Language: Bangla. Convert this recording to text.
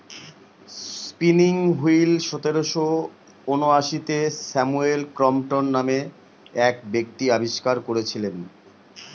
স্পিনিং হুইল সতেরোশো ঊনআশিতে স্যামুয়েল ক্রম্পটন নামে এক ব্যক্তি আবিষ্কার করেছিলেন